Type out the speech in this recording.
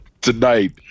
Tonight